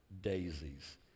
daisies